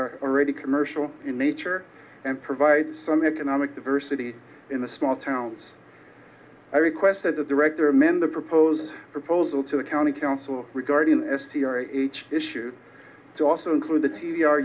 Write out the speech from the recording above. are already commercial in nature and provide some economic diversity in the small towns i requested the director amend the proposed proposal to the county council regarding an s c r h issue to also include the t v are